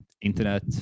internet